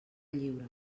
lliure